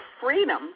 freedom